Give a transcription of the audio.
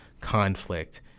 conflict